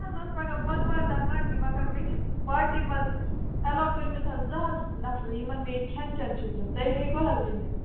مےٚ حظ ٲس پَگاہ بۅدوارِ دۄہ پارٹی مگر مےٚ چھِ پارٹی منٛز اٮ۪لو کٔرۍمٕتۍ حظ زٕ ہَتھ نفری یِمَن مےٚ ییٚتہِ کھٮ۪ن چٮ۪ن چھُ دیُن تُہۍ ہٮ۪کوا حظ رٔنِتھ